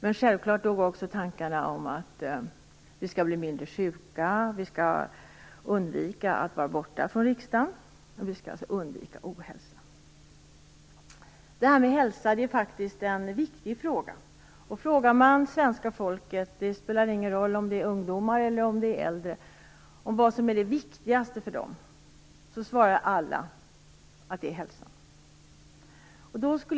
Men självklart fanns också tankarna om att vi skall vara mindre sjuka, undvika att vara borta från riksdagen. Vi skall undvika ohälsa. Hälsa är faktiskt en viktig fråga. Om man frågar svenska folket - det spelar ingen roll om det är ungdomar eller äldre - vad som är det viktigaste för dem, svarar alla att det är hälsan.